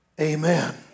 Amen